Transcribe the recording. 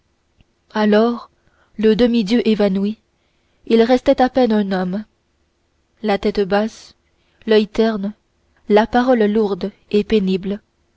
alors le demi-dieu évanoui il restait à peine un homme la tête basse l'oeil terne la parole lourde et pénible